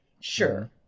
Sure